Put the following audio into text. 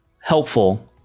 helpful